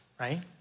right